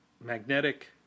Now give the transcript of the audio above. magnetic